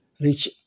reach